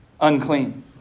unclean